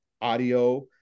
audio